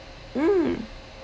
mm